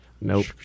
Nope